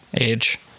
age